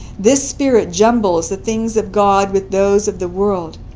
this spirit jumbles the things of god with those of the world.